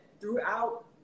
throughout